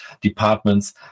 departments